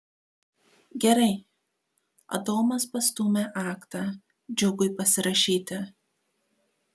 gerai adomas pastūmė aktą džiugui pasirašyti